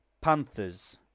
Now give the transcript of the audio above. Panthers